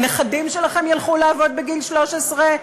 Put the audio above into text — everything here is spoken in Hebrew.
הנכדים שלכם ילכו לעבוד בגיל 13?